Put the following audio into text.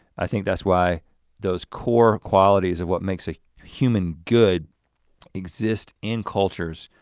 i think that's why those core qualities of what makes a human good exist in cultures